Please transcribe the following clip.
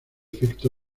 efecto